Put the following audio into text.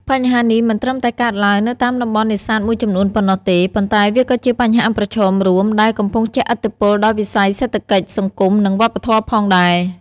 បញ្ហានេះមិនត្រឹមតែកើតឡើងនៅតាមតំបន់នេសាទមួយចំនួនប៉ុណ្ណោះទេ ប៉ុន្តែវាក៏ជាបញ្ហាប្រឈមរួមដែលកំពុងជះឥទ្ធិពលដល់វិស័យសេដ្ឋកិច្ច សង្គម និងវប្បធម៌ផងដែរ។